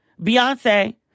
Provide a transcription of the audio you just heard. Beyonce